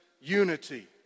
unity